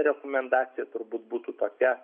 rekomendacija turbūt būtų tokia